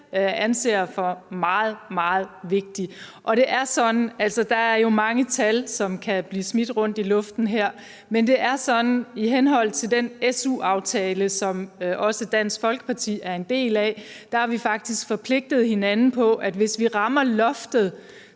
anser for meget, meget vigtigt. Der er jo mange tal, som kan blive smidt rundt i luften her, men i henhold til den SU-aftale, som også Dansk Folkeparti er en del af, har vi faktisk forpligtet hinanden på, at hvis loftet